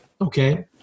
Okay